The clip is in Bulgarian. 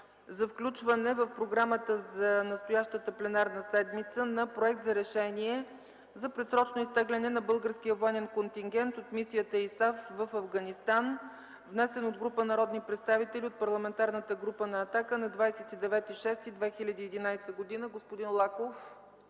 за включване в програмата за настоящата пленарна седмица на Проект за решение за предсрочно изтегляне на българския военен контингент от мисията ИСАФ в Афганистан, внесен от група народни представители от Парламентарната група на „Атака” на 29 юни 2011 г. Господин Лаков,